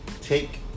take